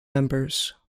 members